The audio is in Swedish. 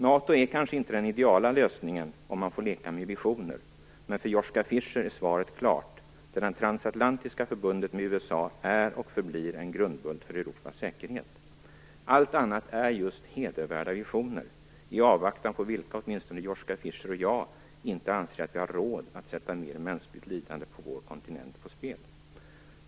NATO är kanske inte den ideala lösningen om man får leka med visioner. Men för Joshka Fischer är svaret klart: Det transatlantiska förbundet med USA är och förblir en grundbult för Europas säkerhet. Allt annat är just hedervärda visioner, i avvaktan på vilka åtminstone Joshka Fischer och jag inte anser att vi har råd att sätta mer mänskligt lidande på vår kontinent på spel.